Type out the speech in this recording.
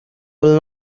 will